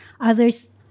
others